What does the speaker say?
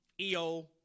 EO